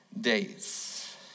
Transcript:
days